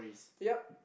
ya